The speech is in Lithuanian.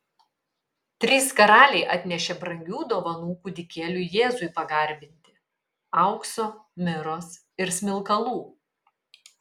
trys karaliai atnešė brangių dovanų kūdikėliui jėzui pagarbinti aukso miros ir smilkalų